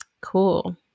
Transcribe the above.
Cool